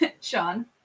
Sean